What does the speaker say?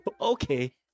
okay